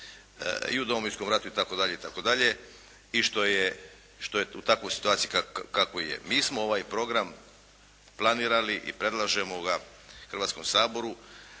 i tako dalje. I što je, što je u takvoj situaciji kakvoj je. Mi smo ovaj program planirali i predlažemo ga Hrvatskog saboru